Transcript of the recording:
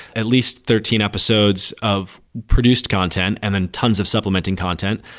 at least thirteen episodes of produced content and then tons of supplementing content,